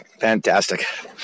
Fantastic